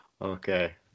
Okay